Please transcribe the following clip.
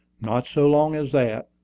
not so long as that.